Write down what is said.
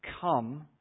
come